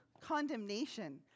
condemnation